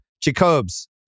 Jacob's